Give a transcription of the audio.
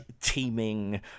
teeming